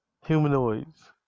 Humanoids